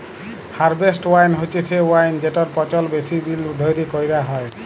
harvest wine হছে সে wine যেটর পচল বেশি দিল ধ্যইরে ক্যইরা হ্যয়